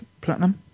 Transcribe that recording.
Platinum